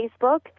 Facebook